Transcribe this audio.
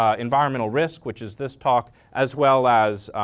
ah environmental risk, which is this talk, as well as,